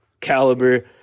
caliber